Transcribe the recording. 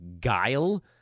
guile